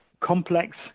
complex